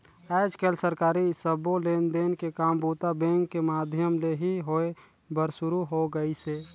आयज कायल सरकारी सबो लेन देन के काम बूता बेंक के माधियम ले ही होय बर सुरू हो गइसे